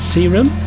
Serum